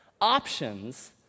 options